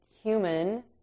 human